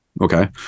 Okay